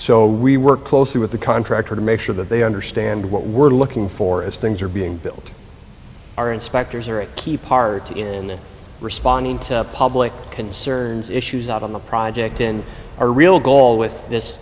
so we work closely with the contractor to make sure that they understand what we're looking for as things are being built our inspectors are a key part in responding to public concerns issues out on the project in our real goal with this